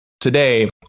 today